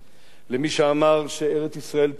למי שאמר שארץ-ישראל תיבנה,